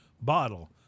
bottle